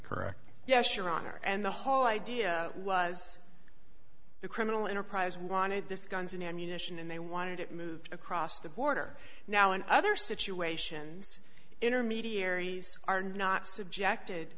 correct yes your honor and the whole idea was the criminal enterprise wanted this guns and ammunition and they wanted it moved across the border now in other situations intermediaries are not subjected